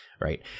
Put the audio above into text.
Right